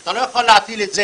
אתה לא יכול להטיל את זה,